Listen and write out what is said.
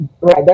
Right